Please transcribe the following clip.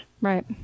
Right